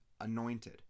anointed